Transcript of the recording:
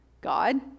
God